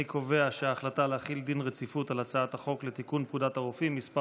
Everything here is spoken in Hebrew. רצונה להחיל דין רציפות על הצעת חוק לתיקון פקודת הרופאים (מס'